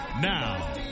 Now